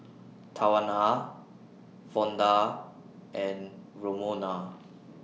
Tawana Vonda and Romona